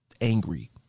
angry